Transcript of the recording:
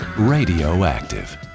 Radioactive